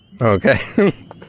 Okay